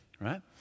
right